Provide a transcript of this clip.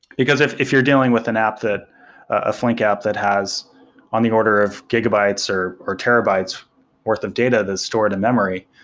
because if if you're dealing with an app that a flink that has on the order of gigabytes or or terabytes worth of data that's stored in memory,